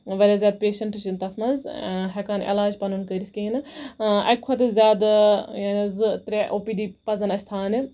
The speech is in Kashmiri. واریاہ زیادٕ پیَشنٹ چھُ تَتھ منٛز ہٮ۪کان علاج پَنُن کٔرِتھ کِہیٖنۍ نہٕ اَکہِ کھۄتہٕ زیادٕ زٕ ترٛےٚ او پی ڈی پَزَن اَسہِ تھاونہِ